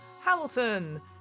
Hamilton